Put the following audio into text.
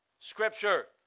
Scripture